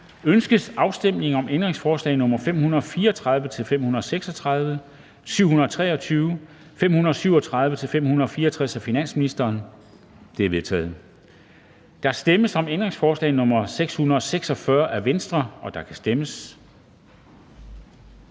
Ønskes afstemning om ændringsforslag nr. 464 af finansministeren? Det er vedtaget. Der stemmes om ændringsforslag nr. 691 af DF, og der kan stemmes.